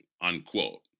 unquote